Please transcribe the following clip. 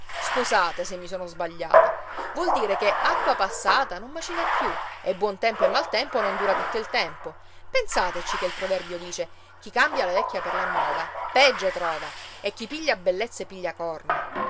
scusate se mi sono sbagliata vuol dire che acqua passata non macina più e buon tempo e mal tempo non dura tutto il tempo pensateci che il proverbio dice chi cambia la vecchia per la nuova peggio trova e chi piglia bellezze piglia corna